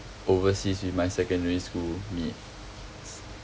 overseas with my secondary school mates